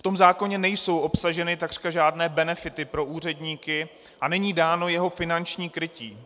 V zákoně nejsou obsaženy takřka žádné benefity pro úředníky a není dáno jeho finanční krytí.